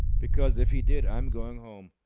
because, if he did, i'm going home.